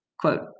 Quote